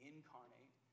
incarnate